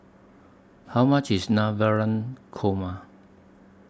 How much IS Navratan Korma